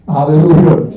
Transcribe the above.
Hallelujah